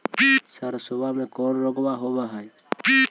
सरसोबा मे कौन रोग्बा होबय है?